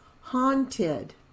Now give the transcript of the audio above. Haunted